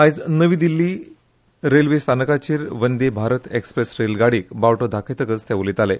आयज नवी दिछ्ठी रेल्वे स्थानकाचेर वंदे भारत एक्सप्रेस रेल गाडयेक बावटो दाखयतकच ते उलयताले